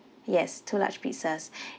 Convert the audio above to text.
yes two large pizzas